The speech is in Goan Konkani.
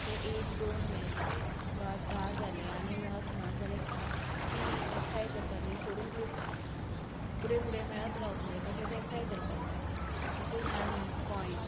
ते एक दोन मेळ्ळे वा धा जाले आनी मेळत ना ती एकठांय करपाचे सोडून दिवप उपकारना फुडें फुडें मेळत रावतले तशे ते एकठांय करत रावंक जाय तशेच नाणी कोयन